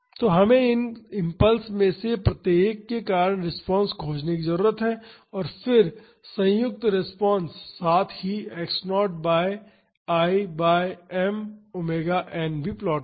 तो हमें इन इम्पल्स में से प्रत्येक के कारण रिस्पांस खोजने की जरूरत है और फिर संयुक्त रिस्पांस साथ ही x0 by I by M omega N भी प्लॉट करें